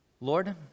Lord